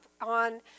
on